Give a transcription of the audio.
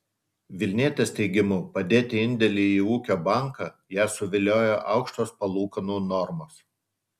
vilnietės teigimu padėti indėlį į ūkio banką ją suviliojo aukštos palūkanų normos